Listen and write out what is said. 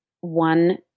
one